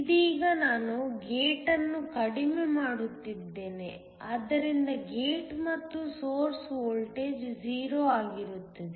ಇದೀಗ ನಾನು ಗೇಟ್ ಅನ್ನು ಕಡಿಮೆ ಮಾಡುತ್ತಿದ್ದೇನೆ ಆದ್ದರಿಂದ ಗೇಟ್ ಮತ್ತು ಸೋರ್ಸ್ ವೋಲ್ಟೇಜ್ 0 ಆಗಿರುತ್ತದೆ